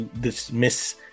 dismiss